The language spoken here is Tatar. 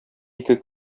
ике